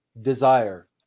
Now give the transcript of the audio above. desire